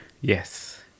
Yes